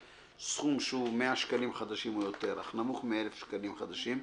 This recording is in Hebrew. סכום שהוא 100 שקלים חדשים או יותר אך נמוך מ-1,000 שקלים חדשים,